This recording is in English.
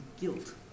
guilt